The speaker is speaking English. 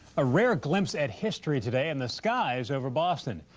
a rare glimpse at history today in the skies over boston.